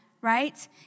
right